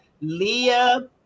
Leah